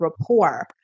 rapport